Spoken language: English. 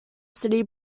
city